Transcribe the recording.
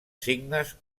signes